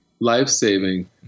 life-saving